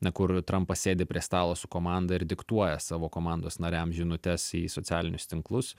na kur trampas sėdi prie stalo su komanda ir diktuoja savo komandos nariam žinutes į socialinius tinklus